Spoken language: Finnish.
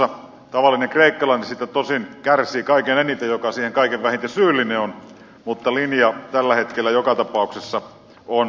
se tavallinen kreikkalainen siitä tosin kärsii kaikkein eniten joka siihen kaikkein vähiten syyllinen on mutta linja tällä hetkellä joka tapauksessa on tärkeä